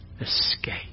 escape